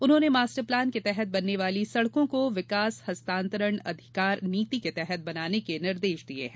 उन्होंने master plan के तहत बनने वाली सड़कों को विकास हस्तांतरण अधिकार नीति के तहत बनाने के निर्देश दिये हैं